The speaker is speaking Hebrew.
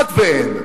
כמעט שאין.